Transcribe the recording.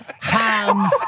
ham